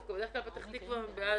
דווקא בדרך כלל פתח תקווה --- בעסקים.